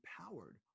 empowered